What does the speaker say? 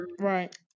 Right